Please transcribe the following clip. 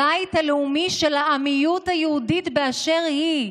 הבית הלאומי של העם היהודי באשר הוא,